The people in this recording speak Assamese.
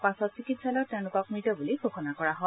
পাছত চিকিৎসালয়ত তেওঁলোকক মৃত বুলি ঘোষণা কৰা হয়